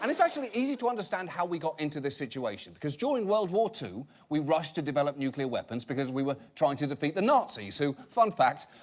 and it's actually easy to understand how we got into this situation. because during world war two, we rushed to develop nuclear weapons because we were trying to defeat the nazis, who, fun fact,